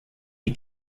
die